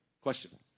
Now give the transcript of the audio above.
Question